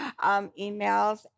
emails